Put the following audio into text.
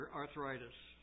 arthritis